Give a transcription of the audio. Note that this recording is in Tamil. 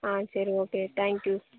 ஆ சரி ஓகே டேங்க்யூ